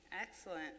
Excellent